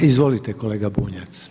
Izvolite kolega Bunjac.